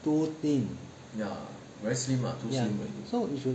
too thin so you should